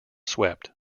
swept